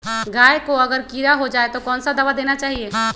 गाय को अगर कीड़ा हो जाय तो कौन सा दवा देना चाहिए?